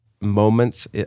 moments